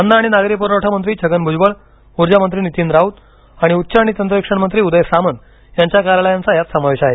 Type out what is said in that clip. अन्न आणि नागरी पुरवठा मंत्री छगन भुजबळ ऊर्जामंत्री नितीन राऊत आणि उच्च आणि तंत्रशिक्षण मंत्री उदय सामंत यांच्या कार्यालयांचा यात समावेश आहे